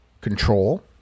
control